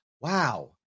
wow